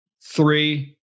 three